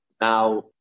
Now